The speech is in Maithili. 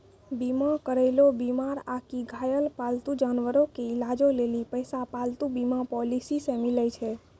बीमा करैलो बीमार आकि घायल पालतू जानवरो के इलाजो लेली पैसा पालतू बीमा पॉलिसी से मिलै छै